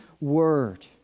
word